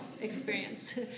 experience